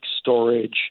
storage